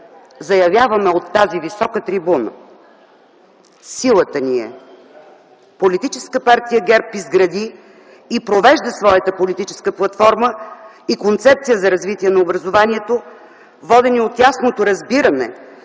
заявяваме от тази висока трибуна: Силата ни е - Политическа партия ГЕРБ изгради и провежда своята политическа платформа и концепция за развитие на образованието, водена от ясното разбиране,